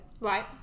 Right